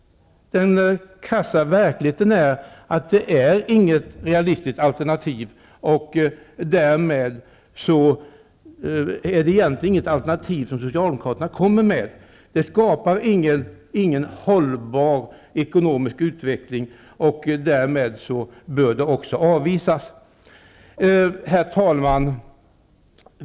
Den krassa verkligheten är den att det inte är något realistiskt alternativ. Därmed är det egentligen inget alternativ som Socialdemokraterna kommer med. Det skapar ingen hållbar ekonomisk utveckling. Därmed bör det också avvisas. Herr talman!